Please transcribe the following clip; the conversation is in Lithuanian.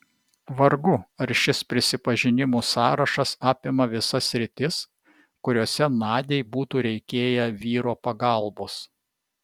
vargu ar šis prisipažinimų sąrašas apima visas sritis kuriose nadiai būtų reikėję vyro pagalbos